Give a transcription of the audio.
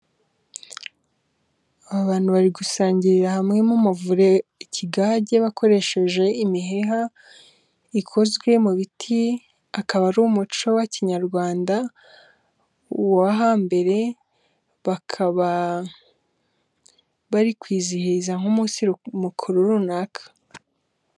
Aba bantu bari gusangirira hamwe mu umuvure ikigage ,bakoresheje imiheha ikozwe mu biti . Akaba ari umuco wa kinyarwanda wo hambere . Bakaba bari kwizihiza nk'umunsi mukuru runaka.